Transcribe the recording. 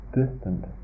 distant